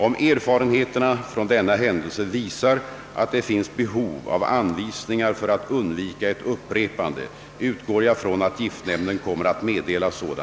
Om erfarenheterna från denna händelse visar att det finns behov av anvisningar för att undvika ett upprepande, utgår jag från att giftnämnden kommer att meddela sådana.